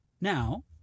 Now